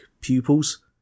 pupils